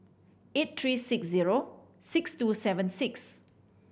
eight three six zero six two seven six